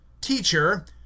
Teacher